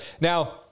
Now